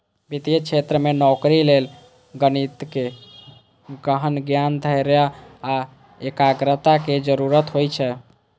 वित्तीय क्षेत्र मे नौकरी लेल गणितक गहन ज्ञान, धैर्य आ एकाग्रताक जरूरत होइ छै